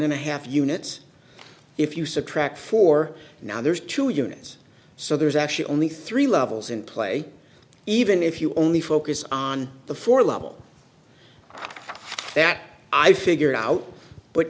and a half units if you subtract four now there's two units so there's actually only three levels in play even if you only focus on the four level that i figured out but